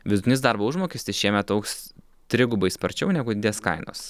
vidutinis darbo užmokestis šiemet augs trigubai sparčiau negu didės kainos